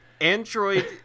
Android